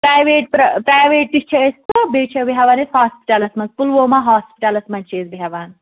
private پرٛ private تہِ چھِ أسۍ تہٕ بیٚیہِ چھِ بیٚہوان أسۍ ہاسپِٹَلَس منٛز پُلوومہ ہاسپِٹَلَس منٛز چھِ أسۍ بیٚہوان